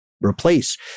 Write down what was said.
replace